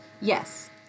Yes